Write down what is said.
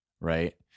right